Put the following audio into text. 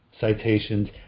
citations